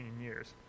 years